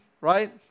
Right